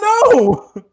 no